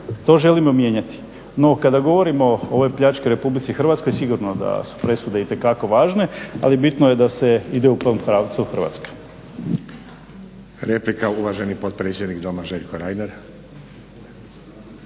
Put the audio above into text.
to želimo mijenjati. No kada govorimo o ovoj pljački u RH, sigurno da su presude itekako važne, ali bitno je da se ide u tom pravcu u Hrvatskoj.